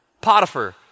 Potiphar